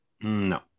No